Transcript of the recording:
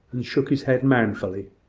and shook his head manfully,